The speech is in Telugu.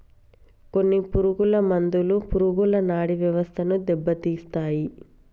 కొన్ని పురుగు మందులు పురుగుల నాడీ వ్యవస్థను దెబ్బతీస్తాయి